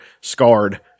scarred